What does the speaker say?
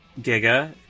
Giga